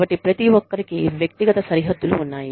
కాబట్టి ప్రతి ఒక్కరికి వ్యక్తిగత సరిహద్దులు ఉన్నాయి